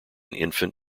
infant